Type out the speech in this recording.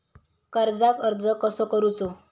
कर्जाक अर्ज कसो करूचो?